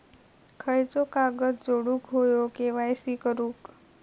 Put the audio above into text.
खयचो कागद जोडुक होयो के.वाय.सी करूक?